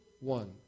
one